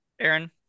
Aaron